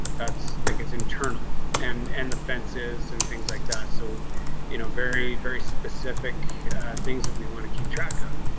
that's like its internal and and the fences and things like that. so you know very very specific things that we want to keep track of.